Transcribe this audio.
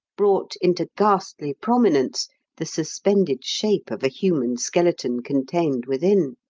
brought into ghastly prominence the suspended shape of a human skeleton contained within